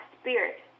spirit